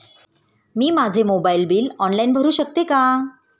मी माझे mobile bill online भरू शकते का?